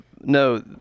No